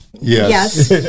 Yes